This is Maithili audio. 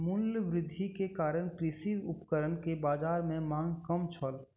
मूल्य वृद्धि के कारण कृषि उपकरण के बाजार में मांग कम छल